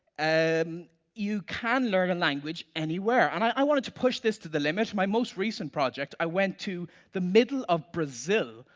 and you can learn a language anywhere, and i wanted to push this to the limit, in my most recent project i went to the middle of brazil,